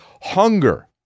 hunger